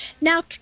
now